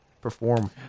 perform